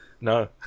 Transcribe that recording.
No